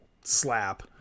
slap